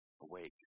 awake